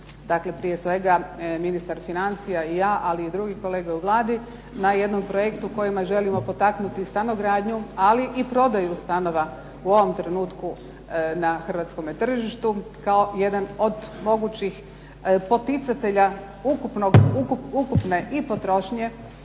prije svega ministar financija i ja ali i drugi kolege u Vladi na jednom projektu kojim želimo potaknuti stanogradnju ali i prodaju stanova u ovom trenutku na hrvatskom tržištu kao jedan od mogućih poticatelja ukupne i potrošnje